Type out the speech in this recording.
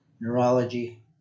neurology